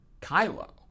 Kylo